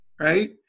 right